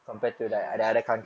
mm